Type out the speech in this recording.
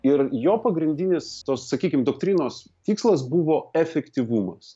ir jo pagrindinis tos sakykim doktrinos tikslas buvo efektyvumas